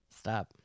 Stop